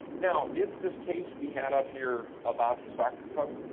now is this case we had up here about the sort of